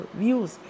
views